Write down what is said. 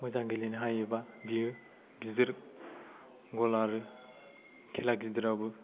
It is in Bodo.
मोजां गेलेनो हायोबा बियो गिदिर गल आरो खेला गिदिरावबो